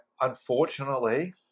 Unfortunately